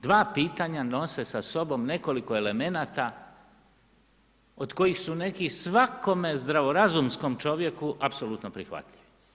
Dva pitanja nose sa sobom nekoliko elemenata od kojih su neki svakome zdravorazumskom čovjeku apsolutno prihvatljivi.